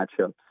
matchups